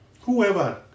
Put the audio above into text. Whoever